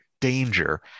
Danger